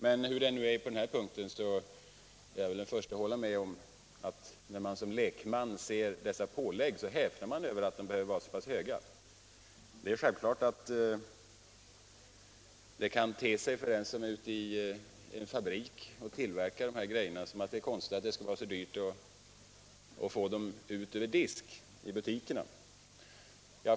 Men hur det än är på den här punkten är jag den förste att hålla med om att man som lekman häpnar över att dessa pålägg behöver vara så pass höga. Det är självklart att det för den som ute på en fabrik arbetar med att tillverka dessa produkter kan te sig konstigt att det skulle vara så kostsamt att få ut dem över disk i butikerna.